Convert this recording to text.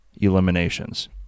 eliminations